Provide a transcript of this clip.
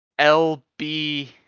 LB